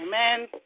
Amen